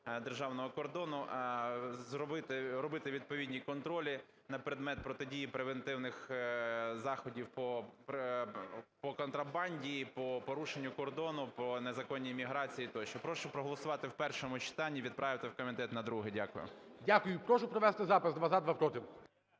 державного кордону зробити… робити відповідні контролі на предмет протидії превентивних заходів по контрабанді і по порушенню кордону по незаконній міграції тощо. Прошу проголосувати в першому читанні і відправити в комітет на друге. Дякую. ГОЛОВУЮЧИЙ. Дякую. Прошу провести запис: два – за, два – проти.